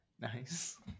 Nice